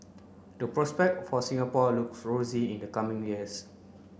the prospect for Singapore looks rosy in the coming years